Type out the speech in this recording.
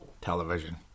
television